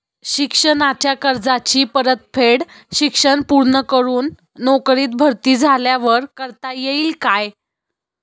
शिक्षणाच्या कर्जाची परतफेड शिक्षण पूर्ण करून नोकरीत भरती झाल्यावर करता येईल काय?